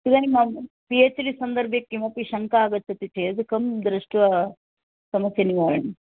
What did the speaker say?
इदानीं P H D सन्दर्भे किमपि शङ्का आगच्छति चेद् एकं दृष्ट्वा समस्या निवारणम्